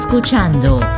Escuchando